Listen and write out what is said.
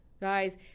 Guys